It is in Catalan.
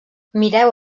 mireu